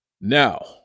Now